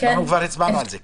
כבר הצבענו על זה.